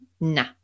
nah